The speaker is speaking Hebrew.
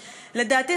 לדעתי,